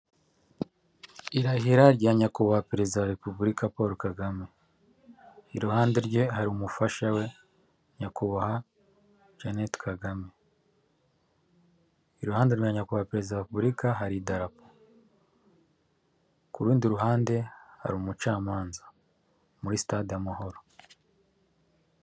Umukandida wiyamamariza kuba perezida wa repubulika w'ishyaka rya green gurini pate Frank Habineza ari kwiyamamaza abanyamakuru bagenda bamufotora abamwungirije n'abamuherekeje bamugaragiye abaturage bitabiriye inyuma ya senyegi yaho ari bitabiriye baje kumva ibyo abagezaho.